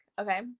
Okay